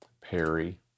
Perry